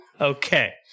Okay